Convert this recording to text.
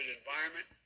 environment